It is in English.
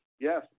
Yes